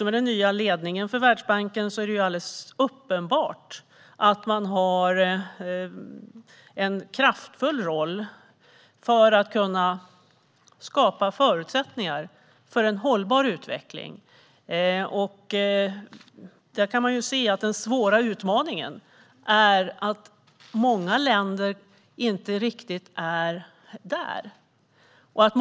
Med den nya ledningen för Världsbanken är det uppenbart att man har en kraftfull roll för att kunna skapa förutsättningar för en hållbar utveckling. Den svåra utmaningen är att många länder inte riktigt har kommit dit.